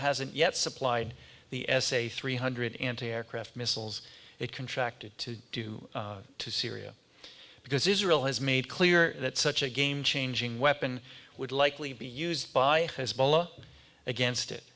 hasn't yet supplied the s a three hundred anti aircraft missiles a contract to do to syria because israel has made clear that such a game changing weapon would likely be used by hezbollah against it